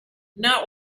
not